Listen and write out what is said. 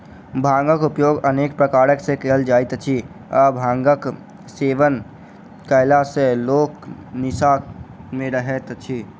भांगक उपयोग अनेक प्रकार सॅ कयल जाइत अछि आ भांगक सेवन कयला सॅ लोक निसा मे रहैत अछि